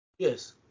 Yes